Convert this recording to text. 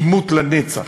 עימות לנצח.